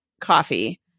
coffee